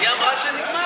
היא אמרה שנגמר.